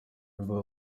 mvuga